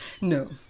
No